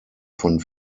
von